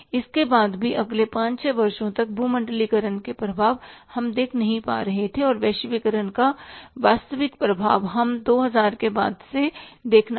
इसके बाद भी अगले ५ ६ वर्षों तक भूमंडलीकरण के प्रभाव हम देख नहीं रहे थे और वैश्वीकरण का वास्तविक प्रभाव हम 2000 के बाद से देखना शुरू किए